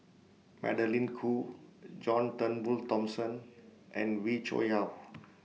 Magdalene Khoo John Turnbull Thomson and Wee Cho Yaw